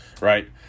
right